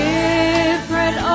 different